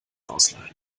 ausleihen